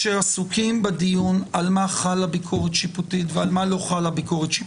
כשעסוקים בדיון על מה חלה ביקורת שיפוטית ועל מה לא חלה ביקורת שיפוטית.